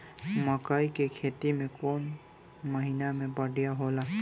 मकई के खेती कौन महीना में बढ़िया होला?